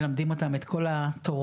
מלמדים אותם את כל התורה,